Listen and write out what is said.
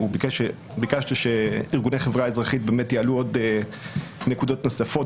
ביקשת שארגוני חברה אזרחית יעלו נקודות נוספות,